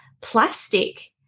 plastic